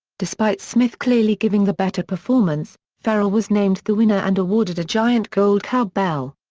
despite smith clearly giving the better performance, ferrell was named the winner and awarded a giant gold cowbell.